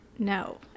No